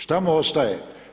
Šta mu ostaje.